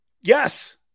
Yes